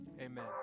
amen